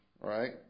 right